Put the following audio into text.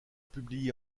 publié